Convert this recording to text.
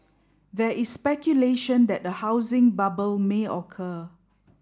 there is speculation that a housing bubble may occur